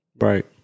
Right